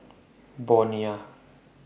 Bonia